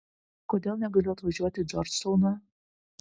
kodėl negaliu atvažiuoti į džordžtauną